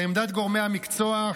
לעמדת גורמי המקצוע,